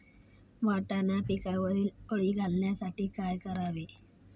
वाटाणा पिकावरील अळी घालवण्यासाठी काय करावे?